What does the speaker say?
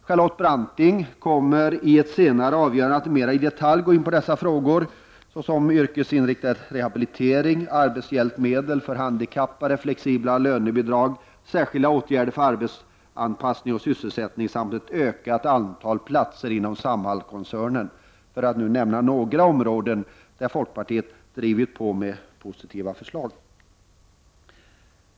Charlotte Branting kommer i ett senare anförande att mera i detalj gå in på vissa frågor som yrkesinriktad rehabilitering, arbetshjälpmedel för handikappade, flexibla lönebidrag, särskilda åtgärder för arbetsanpassning och sysselsättning samt ett ökat antal platser inom Samhallkoncernen, för att nu nämna några områden där folkpartiet drivit på med positiva förslag.